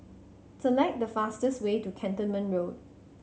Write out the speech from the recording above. select the fastest way to Cantonment Road